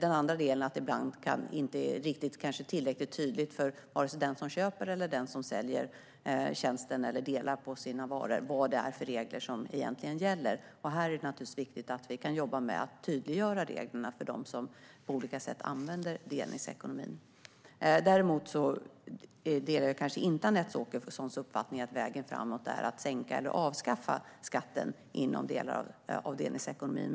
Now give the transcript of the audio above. En annan aspekt är att det kanske inte alltid är tydligt för den som köper eller säljer tjänster eller delar på sina varor vilka regler det egentligen är som gäller. Här är det naturligtvis viktigt att vi kan jobba med att tydliggöra reglerna för dem som på olika sätt använder delningsekonomin. Däremot delar jag kanske inte Anette Åkessons uppfattning att vägen framåt är att sänka eller avskaffa skatten inom delar av delningsekonomin.